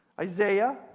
Isaiah